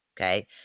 okay